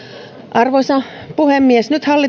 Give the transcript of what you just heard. arvoisa puhemies nyt